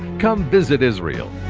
come visit israel.